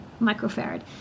microfarad